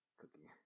cooking